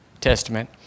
Testament